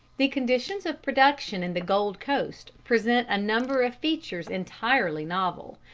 the conditions of production in the gold coast present a number of features entirely novel.